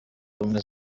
ubumwe